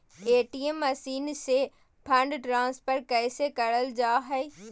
ATM machine से fund transfer कैसे करल जा है?